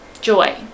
joy